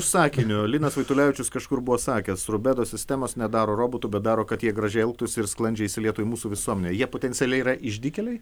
sakiniu linas vaitulevičius kažkur buvo sakęs rubedo sistemos nedaro robotų bet daro kad jie gražiai elgtųsi ir sklandžiai įsilietų į mūsų visuomenę jie potencialiai yra išdykėliai